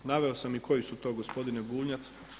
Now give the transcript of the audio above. Naveo sam i koji su to gospodine Bunjac.